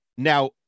Now